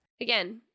Again